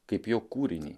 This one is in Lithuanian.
kaip jo kūrinį